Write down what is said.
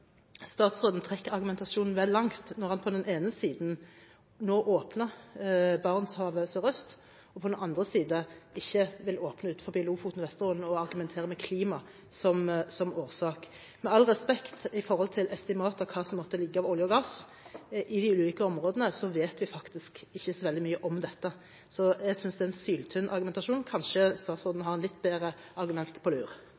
statsråden trekker argumentasjonen vel langt når han på den ene siden nå åpner Barentshavet sørøst og på den andre siden ikke vil åpne utenfor Lofoten–Vesterålen og argumenterer med klima som årsak. Med all respekt for estimater og hva som måtte ligge av olje og gass i de ulike områdene, vet vi faktisk ikke så veldig mye om dette, så jeg synes det er en syltynn argumentasjon. Kanskje statsråden har litt bedre argumenter på lur?